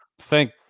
thank